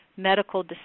medical